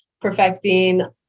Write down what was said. perfecting